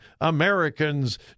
Americans